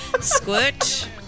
Squirt